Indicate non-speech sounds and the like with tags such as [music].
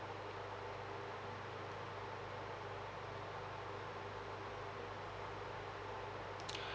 [breath]